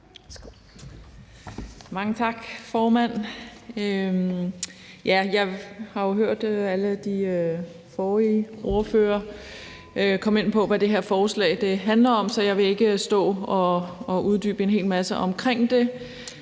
Mange tak, formand. Jeg har jo hørt alle de forrige ordførere komme ind på, hvad det her forslag handler om. Så jeg vil ikke stå og uddybe en hel masse omkring det.